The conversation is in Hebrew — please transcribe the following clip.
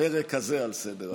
בפרק הזה על סדר-היום.